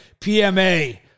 PMA